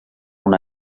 una